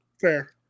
Fair